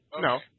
No